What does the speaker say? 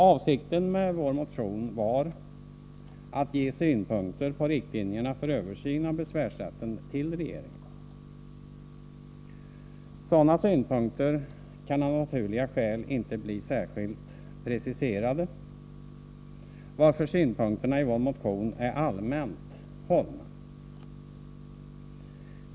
Avsikten med vår motion var att ge synpunkter på riktlinjerna för en översyn av besvärsrätten till regeringen. Sådana synpunkter kan av naturliga skäl inte bli särskilt preciserade, varför synpunkterna i vår motion är allmänt hållna.